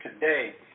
today